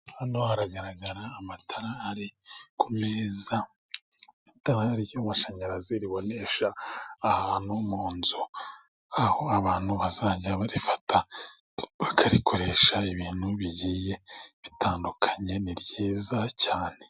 Hano haragaragara amatara ari ku meza. Itara ry'amashanyarazi ribonesha ahantu mu nzu, aho abantu bazajya barifata bakarikoresha ibintu bigiye bitandukanye, ni ryiza cyane.